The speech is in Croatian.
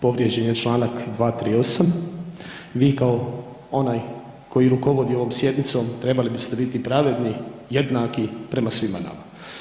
Povrijeđen je Članak 238. vi kao onaj koji rukovodi ovom sjednicom trebali biste biti pravedni, jednaki prema svima nama.